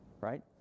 right